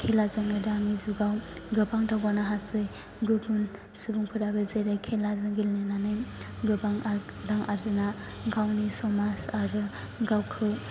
खेलाजोंनो दानि जुगाव गोबां दावगानो हायो गुबुन सुबुंफोराबो जेरै खेलाजों गेलेनानै गोबां रां आरजिना गावनि समाज आरो गावखौ